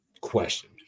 question